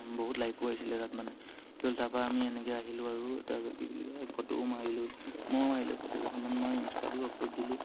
বহুত লাইকো আহিছিলে তাত মানে কিয় তাৰপা আমি এনেকে আহিলোঁ আৰু তাৰপা কি বুলি কয় ফটোও মাৰিলোঁ ময়ো মাৰিলোঁ ফটো এখনমান মই ইনষ্টাটো আপলোড দিলোঁ